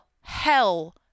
hell